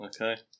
Okay